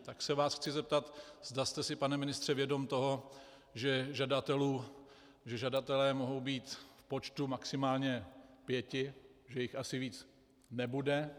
Tak se vás chci zeptat, zda jste si, pane ministře, vědom toho, že žadatelé mohou být v počtu maximálně pěti, že jich asi více nebude.